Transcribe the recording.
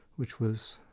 which was,